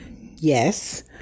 Yes